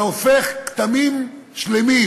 אתה הופך כתמים שלמים,